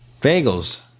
bagels